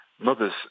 mothers